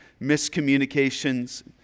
miscommunications